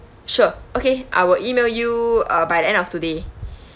sure okay I will email you uh by the end of today